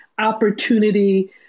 opportunity